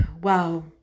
Wow